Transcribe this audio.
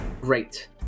Great